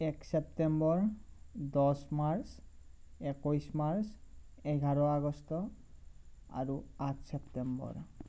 এক ছেপ্টেম্বৰ দহ মাৰ্চ একৈছ মাৰ্চ এঘাৰ আগষ্ট আৰু আঠ ছেপ্টেম্বৰ